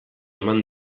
eman